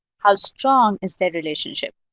how strong is their relationship?